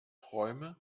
träume